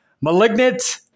Malignant